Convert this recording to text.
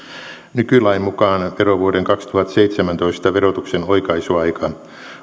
nykylain mukaan verovuoden kaksituhattaseitsemäntoista verotuksen oikaisuaika